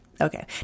Okay